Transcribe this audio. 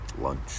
lunch